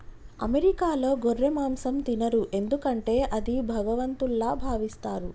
అమెరికాలో గొర్రె మాంసం తినరు ఎందుకంటే అది భగవంతుల్లా భావిస్తారు